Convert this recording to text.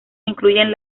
incluyen